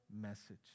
message